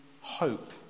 hope